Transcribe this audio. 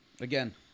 again